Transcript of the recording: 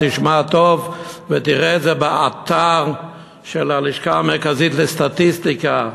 תשמע טוב ותראה את זה באתר של הלשכה המרכזית לסטטיסטיקה,